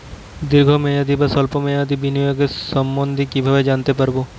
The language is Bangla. দীর্ঘ মেয়াদি বা স্বল্প মেয়াদি বিনিয়োগ সম্বন্ধে কীভাবে জানতে পারবো?